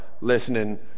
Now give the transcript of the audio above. listening